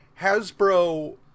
Hasbro